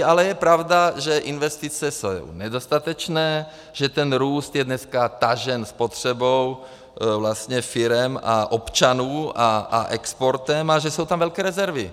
Ale je pravda, že investice jsou nedostatečné, že růst je dneska tažen spotřebou firem a občanů a exportem a že jsou tam velké rezervy.